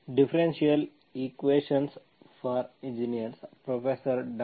differential equations for engineers professor ಡಾ